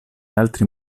altri